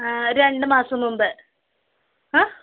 ആ രണ്ട് മാസം മുൻപ് അ